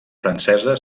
francesa